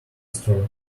store